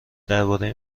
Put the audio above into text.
درباره